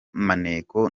maneko